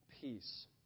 peace